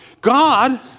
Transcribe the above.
God